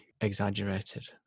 exaggerated